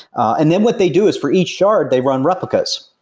and then what they do is for each shard, they run replicas,